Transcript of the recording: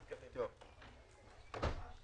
בבקשה.